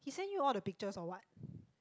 he send you all the pictures or what